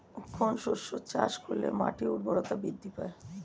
কোন শস্য চাষ করলে মাটির উর্বরতা বৃদ্ধি পায়?